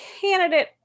candidate